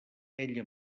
ella